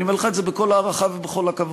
אני אומר לך את זה בכל ההערכה ובכל הכבוד,